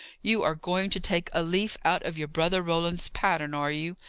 you are going to take a leaf out of your brother roland's pattern, are you?